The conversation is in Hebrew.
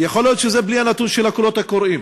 יכול להיות שזה בלי הנתון של הקולות הקוראים.